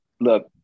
look